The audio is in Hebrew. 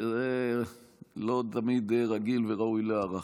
שזה לא תמיד רגיל, וזה ראוי להערכה.